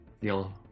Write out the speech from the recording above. Yellow